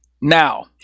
Now